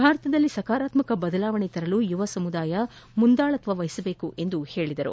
ಭಾರತದಲ್ಲಿ ಸಕಾರಾತ್ಮಕ ಬದಲಾವಣೆ ತರಲು ಯುವ ಸಮುದಾಯ ಮುಂದಾಳತ್ವ ವಹಿಸಬೇಕು ಎಂದು ಹೇಳಿದರು